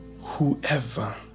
Whoever